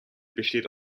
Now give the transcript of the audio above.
besteht